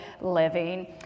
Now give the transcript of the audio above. living